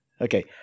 Okay